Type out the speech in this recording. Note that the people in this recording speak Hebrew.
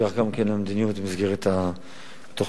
וזו גם המדינות במסגרת התוכניות.